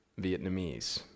Vietnamese